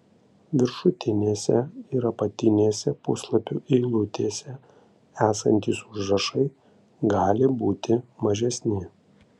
viršutinėse ir apatinėse puslapių eilutėse esantys užrašai gali būti mažesni